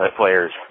players